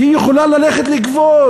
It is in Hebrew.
שהיא יכולה ללכת לגבות.